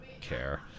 care